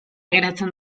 geratzen